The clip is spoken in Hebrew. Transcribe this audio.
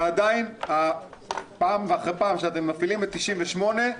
ועדיין פעם אחרי פעם שאתם מפעילים את סעיף 98,